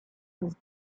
his